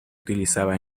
utilizaba